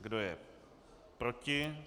Kdo je proti?